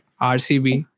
RCB